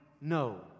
No